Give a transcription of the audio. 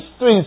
three